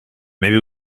maybe